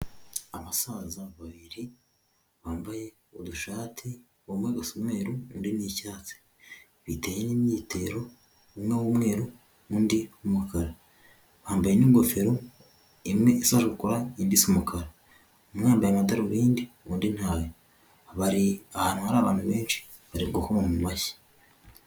Abasaza babiri bambaye udushati umwe gasa umweru undi ni icyatsi, biteye n'imyitero umwe w'umweru undi w'umukara, bambaye n'ingofero imwe isa shokora indi isa umukara, umwe yambaye amadarubindi ubundi ntayo, bari ahantu hari abantu benshi bari gukoma mu mashyi.